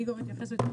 איגור יתייחס.